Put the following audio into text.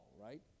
right